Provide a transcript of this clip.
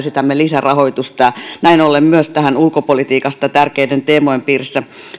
ja esitämme lisärahoitusta näin ollen myös ulkopolitiikassa tärkeiden teemojen piirissä